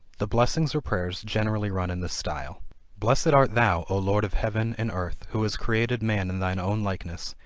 the blessings or prayers generally run in this style blessed art thou, o lord of heaven, and earth, who has created man in thine own likeness,